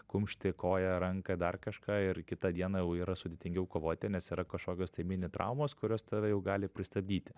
kumštį koją ranką dar kažką ir kitą dieną jau yra sudėtingiau kovoti nes yra kažkokios tai mini traumos kurios tave jau gali pristabdyti